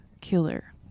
killer